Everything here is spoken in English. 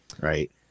right